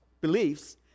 beliefs